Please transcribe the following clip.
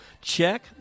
Check